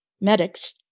medics